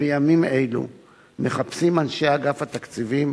בימים אלו מחפשים אנשי אגף התקציבים